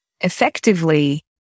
effectively